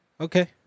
okay